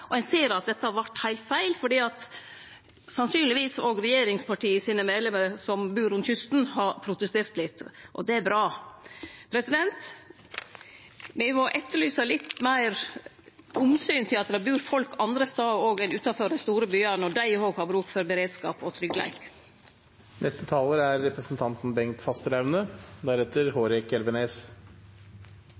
og ein ser at dette vart heilt feil, fordi sannsynlegvis har òg regjeringspartia sine medlemer som bur langs kysten, protestert litt – og det er bra. Me må etterlyse litt meir omsyn til at det bur folk andre stader enn utanfor dei store byane, og at dei òg har behov for beredskap og tryggleik. Hvis det er